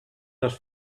les